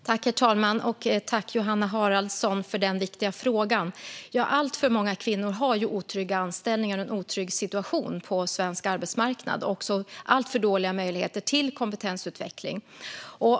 Herr talman! Jag tackar Johanna Haraldsson för den viktiga frågan. Alltför många kvinnor har otrygga anställningar och en otrygg situation på svensk arbetsmarknad och också alltför dåliga möjligheter till kompetensutveckling.